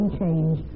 change